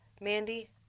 mandy